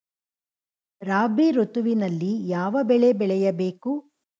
ರಾಬಿ ಋತುವಿನಲ್ಲಿ ಯಾವ ಬೆಳೆ ಬೆಳೆಯ ಬೇಕು?